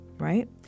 Right